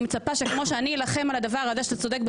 אני מציע לך לסגור אתי על 40%,